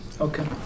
Okay